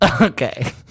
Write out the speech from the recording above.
Okay